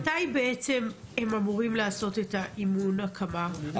מתי בעצם הם אמורים לעשות את אימון ההקמה מבחינתך?